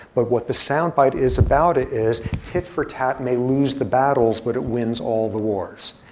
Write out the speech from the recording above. but what the soundbite is about it is, tit for tat may lose the battles, but it wins all the wars.